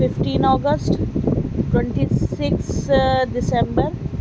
fifteen August twenty six December